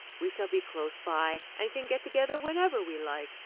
we shall be close by and can get together whenever we like.